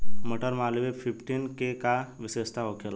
मटर मालवीय फिफ्टीन के का विशेषता होखेला?